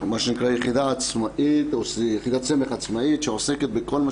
מה שנקרא יחידה סמך עצמאית העוסקת בכל מה